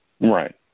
Right